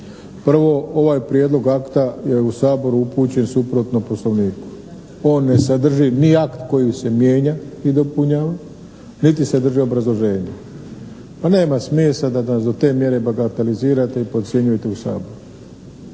Prvo, ovaj prijedlog akta je u Sabor upućen suprotno Poslovniku. On ne sadrži ni akti koji se mijenja i dopunjava, niti sadrži obrazloženje. Nema smisla da do te mjere bagatelizirate i podcjenjujete u Saboru.